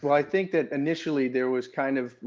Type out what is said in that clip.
but i think that initially there was kind of,